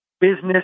business